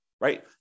right